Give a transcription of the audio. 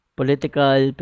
political